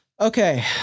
Okay